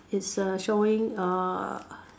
it's a showing a